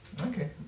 Okay